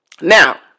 Now